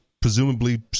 presumably